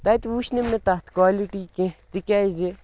تَتہِ وٕچھنہٕ مےٚ تَتھ کالِٹی کیٚنٛہہ تِکیٛازِ